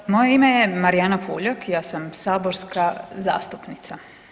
Moje ime je Marijana Puljak i ja sam saborska zastupnica.